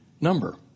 number